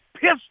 pissed